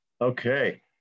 Okay